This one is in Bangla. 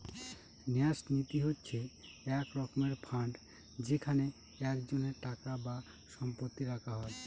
ন্যাস নীতি হচ্ছে এক রকমের ফান্ড যেখানে একজনের টাকা বা সম্পত্তি রাখা হয়